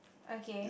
okay